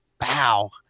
Wow